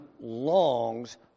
longs